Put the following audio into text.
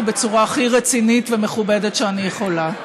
בצורה הכי רצינית ומכובדת שאני יכולה.